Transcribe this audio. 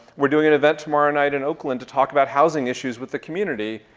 we're doing an event tomorrow night in oakland to talk about housing issues with the community.